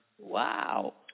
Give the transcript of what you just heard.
wow